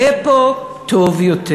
יהיה פה טוב יותר,